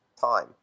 time